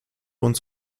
uns